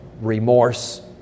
remorse